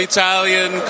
Italian